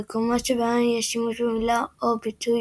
במקומות שבהם יש שימוש במילה או ביטוי